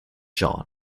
john